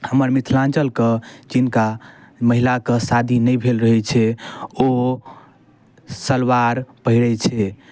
हमर मिथिलाञ्चलके जिनका महिलाके शादी नहि भेल रहै छै ओ सलवार पहिरै छै